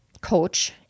coach